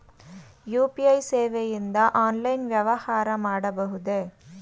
UPI ಸೇವೆಯಿಂದ online ವ್ಯವಹಾರ ಮಾಡಬಹುದೇ?